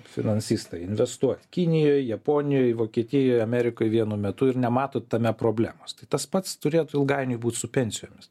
finansistą investuot kinijoj japonijoj vokietijoj amerikoj vienu metu ir nematot tame problemos tai tas pats turėtų ilgainiui būt su pensijomis